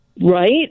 right